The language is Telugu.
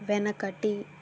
వెనకటి